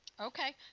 okay